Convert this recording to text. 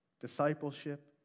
discipleship